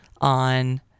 on